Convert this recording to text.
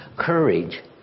Courage